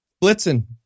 Blitzen